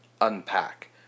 unpack